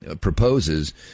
proposes –